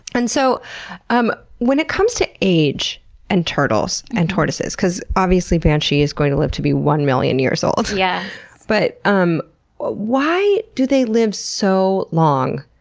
and so um when it comes to age and turtles and tortoises, because obviously banshee is going to live to be one million years old, yeah but um why do they live so long?